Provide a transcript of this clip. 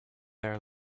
there